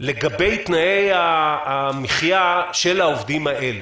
לגבי תנאי המחיה של העובדים האלה.